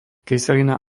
kyselina